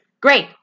Great